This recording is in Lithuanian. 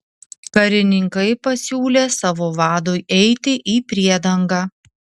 karininkai pasiūlė savo vadui eiti į priedangą